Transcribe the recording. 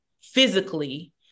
physically